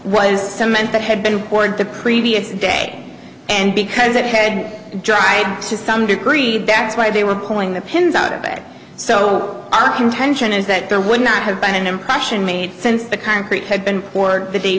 the men that had been poured the previous day and because it had dried to some degree that's why they were pulling the pins out of it so i contention is that there would not have been an impression made since the concrete had been poured the day